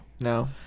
no